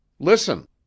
Listen